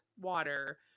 water